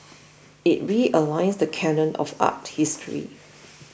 it realigns the canon of art history